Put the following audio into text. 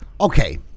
Okay